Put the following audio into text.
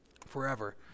forever